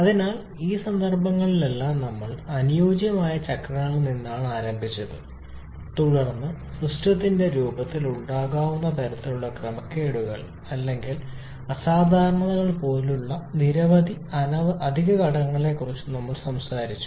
അതിനാൽ ഈ സന്ദർഭങ്ങളിലെല്ലാം ഞങ്ങൾ അനുയോജ്യമായ ചക്രങ്ങളിൽ നിന്നാണ് ആരംഭിച്ചത് തുടർന്ന് സിസ്റ്റത്തിന്റെ രൂപത്തിൽ ഉണ്ടാകാവുന്ന തരത്തിലുള്ള ക്രമക്കേടുകൾ അല്ലെങ്കിൽ അസാധാരണതകൾ പോലുള്ള നിരവധി അധിക ഘടകങ്ങളെക്കുറിച്ച് നമ്മൾ സംസാരിച്ചു